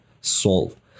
solve